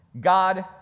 God